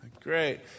Great